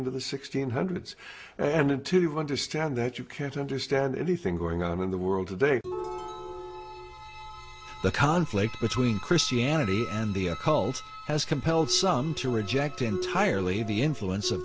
into the sixteenth hundreds and intuitive understand that you can't understand anything going on in the world today the conflict between christianity and the occult has compelled some to reject entirely the influence of